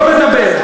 לא לדבר.